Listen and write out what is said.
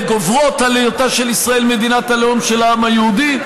גוברות על היותה של ישראל מדינת הלאום של העם היהודי,